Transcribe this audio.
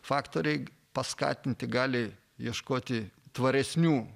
faktoriai paskatinti gali ieškoti tvaresnių